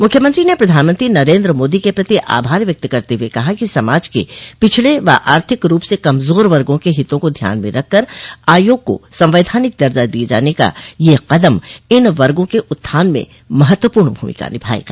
मुख्यमंत्री ने प्रधानमंत्री नरेन्द्र मोदी के प्रति आभार व्यक्त करते हुए कहा कि समाज के पिछड़े व आर्थिक रूप से कमजोर वर्गो के हितों को ध्यान में रखकर आयोग को संवैधानिक दर्जा दिए जाने का यह कदम इन वर्गों के उत्थान में महत्वपूर्ण भूमिका निभाएगा